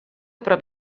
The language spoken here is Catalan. prop